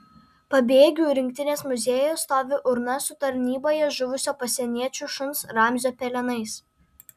pabėgių rinktinės muziejuje stovi urna su tarnyboje žuvusio pasieniečių šuns ramzio pelenais